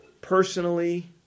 personally